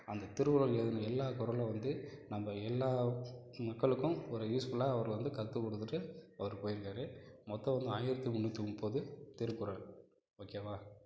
அந்த திருவள்ளுவர் எழுதின எல்லா குறளும் வந்து நம்ப எல்லா மக்களுக்கும் ஒரு யூஸ்ஃபுல்லாக அவர் வந்து கற்றுக் கொடுத்துட்டு அவர் போயிருக்கார் மொத்தம் வந்து ஆயிரத்தி முந்நூற்றி முப்பது திருக்குறள் ஓகேவா